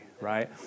right